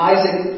Isaac